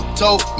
told